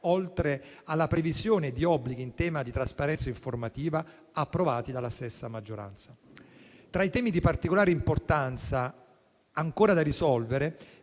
oltre alla previsione di obblighi in tema di trasparenza informativa, sono state approvate dalla stessa maggioranza. Tra i temi di particolare importanza ancora da risolvere